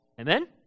Amen